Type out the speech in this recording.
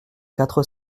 quatre